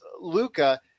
Luca